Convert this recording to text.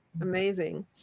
Amazing